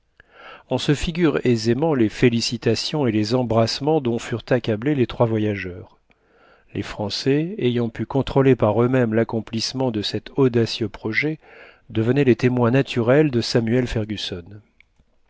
on se figure aisément les félicitations et les embrassements dont furent accablés les trois voyageurs les français ayant pu contrôler par eux mêmes l'accomplissement de cet audacieux projet devenaient les témoins naturels de samuel fergusson